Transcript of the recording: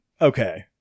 okay